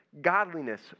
godliness